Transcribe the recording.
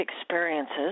experiences